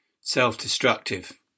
self-destructive